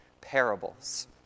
parables